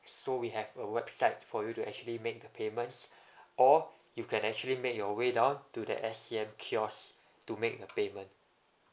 so we have a website for you to actually make the payments or you can actually make your way down to the S_A_M kiosk to make the payment